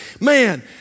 man